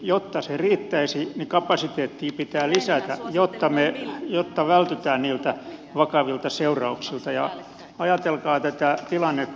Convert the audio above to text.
jotta se riittäisi kapasiteettia pitää lisätä jotta vältytään niiltä vakavilta seurauksilta ja ajatelkaa tätä tilannetta